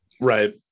Right